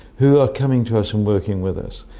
who are coming to us and working with us.